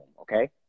okay